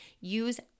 use